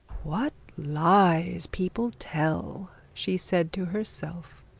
what lies people tell she said to herself.